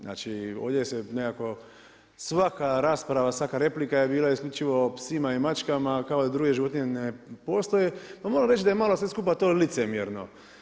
Znači ovdje se nekako svaka rasprava, svaka replika je bila isključivo o psima i mačkama a kao da druge životinje ne postoje, pa mogu reći da je malo sve skupa to licemjerno.